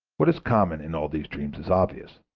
what is common in all these dreams is obvious.